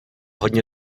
hodně